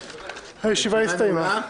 הישיבה הסתיימה.